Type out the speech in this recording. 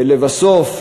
ולבסוף,